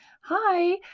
Hi